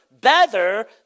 better